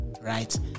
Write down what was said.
right